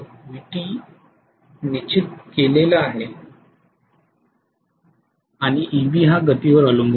Vt निश्चित केलेल आहे आणि Eb गतीवर अवलंबून आहे